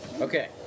Okay